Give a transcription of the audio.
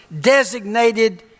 designated